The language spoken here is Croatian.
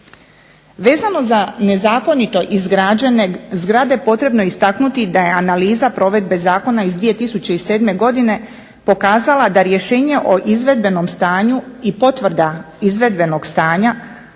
Vezano za nezakonito izgrađene zgrade potrebno je istaknuti da je analiza provedbe zakona iz 2007. godine pokazala da rješenje o izvedbenom stanju i potvrda izvedbenog stanja,